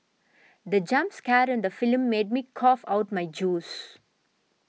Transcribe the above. the jump scare in the film made me cough out my juice